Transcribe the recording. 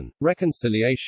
Reconciliation